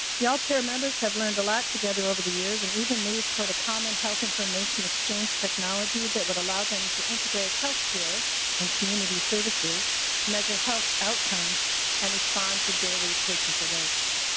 the altair members have learned a lot together over the years and even move toward a common health information exchange technology that would allow them to integrate health care and community services measure health outcomes and respond to daily patient alerts.